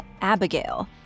Abigail